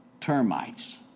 termites